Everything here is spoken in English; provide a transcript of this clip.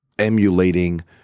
emulating